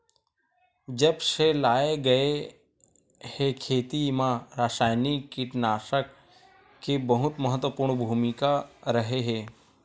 जब से लाए गए हे, खेती मा रासायनिक कीटनाशक के बहुत महत्वपूर्ण भूमिका रहे हे